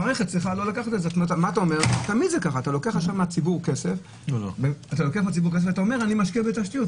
אתה לוקח עכשיו מהציבור כסף ואומר: אני משקיע בתשתיות.